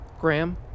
Graham